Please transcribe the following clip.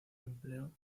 empleo